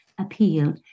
appeal